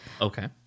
Okay